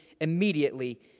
immediately